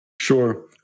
Sure